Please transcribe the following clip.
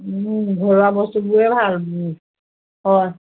ঘৰুৱা বস্তুবোৰে ভাল হয়